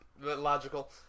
Logical